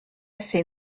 ses